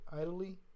idly